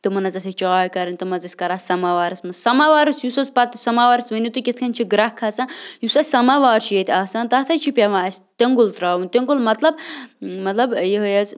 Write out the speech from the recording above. تِمَن حظ آسہِ ہے چاے کَرٕنۍ تِم حظ ٲسۍ کَران سَمَوارَس مَنٛز سَمَوارَس یُس حظ پَتہٕ سَمَوارَس ؤنِو تُہۍ کِتھ کٔنۍ چھِ گرٛٮ۪کھ کھَسان یُس اَسہِ سَمَوار چھُ ییٚتہِ آسان تَتھ حظ چھِ پٮ۪وان اَسہِ تیوٚنٛگُل ترٛاوُن تیوٚنٛگُل مَطلَب مطلَب یِہوٚے حظ